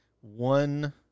one